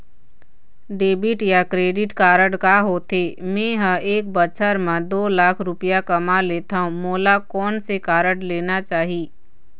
Debit या credit card का होथे, मे ह एक बछर म दो लाख रुपया कमा लेथव मोला कोन से कारड लेना चाही?